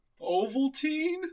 Ovaltine